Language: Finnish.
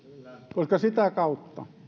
koska sitä kautta